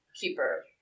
keeper